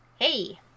Hey